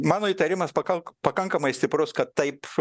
mano įtarimas pakalk pakankamai stiprus kad taip